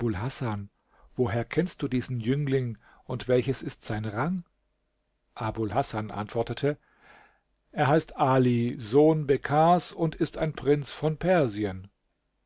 woher kennst du diesen jüngling und welches ist sein rang abul hasan antwortete er heißt ali sohn bekkars und ist ein prinz von persien